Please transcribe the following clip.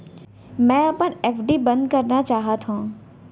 मै अपन एफ.डी बंद करना चाहात हव